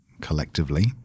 collectively